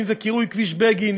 אם זה קירוי כביש בגין,